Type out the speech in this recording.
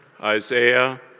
Isaiah